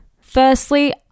Firstly